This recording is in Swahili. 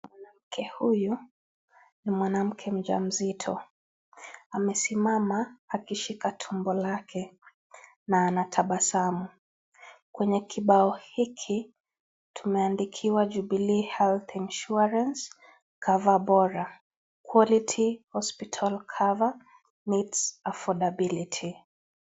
Mwanamke huyu, ni mwanamke mjamzito. Amesimama akishika tumbo lake na anatabasamu. Kwenye kibao hiki, tumeandikiwa, Jubilee health insurance, cover bora, quality hospital cover, meets affordability .